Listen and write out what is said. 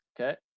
Okay